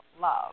love